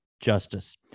justice